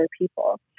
people